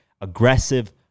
Aggressive